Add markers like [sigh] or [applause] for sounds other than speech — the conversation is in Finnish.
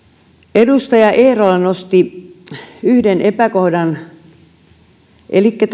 edustaja eerola nosti yhden epäkohdan elikkä [unintelligible]